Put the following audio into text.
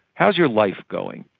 how is your life going?